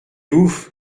ouf